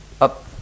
up